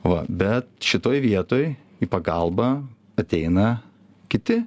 va bet šitoj vietoj į pagalbą ateina kiti